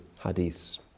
hadiths